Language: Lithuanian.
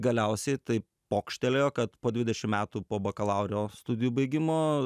galiausiai taip pokštelėjo kad po dvidešim metų po bakalauro studijų baigimo